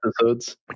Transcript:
episodes